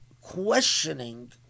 questioning